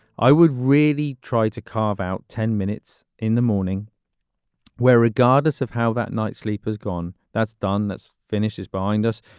i would really try to carve out ten minutes in the morning where regardless of how that night's sleep has gone, that's done. that's finishes behind us.